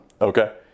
Okay